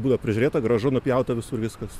būdavo prižiūrėta gražu nupjauta visur viskas